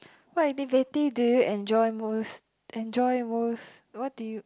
what activity do you enjoy most enjoy most what do you